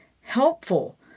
helpful